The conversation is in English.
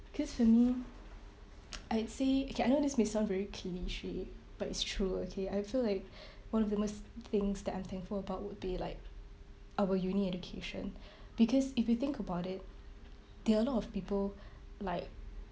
because for me I'd say okay I know this may sound very cliché but it's true okay I feel like one of the most things that I'm thankful about would be like our uni education because if you think about it there are a lot of people like